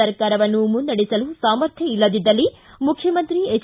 ಸರ್ಕಾರವನ್ನು ಮುನ್ನಡೆಸುವ ಸಾಮರ್ಥ್ಯ ಇಲ್ಲದಿದ್ದಲ್ಲಿ ಮುಖ್ಯಮಂತ್ರಿ ಎಚ್